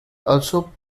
also